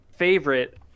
favorite